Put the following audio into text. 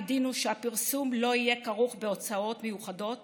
וידאנו שהפרסום לא יהיה כרוך בהוצאות מיוחדות